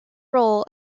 role